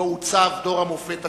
שבו עוצב דור המופת הצעיר.